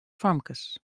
famkes